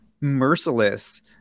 merciless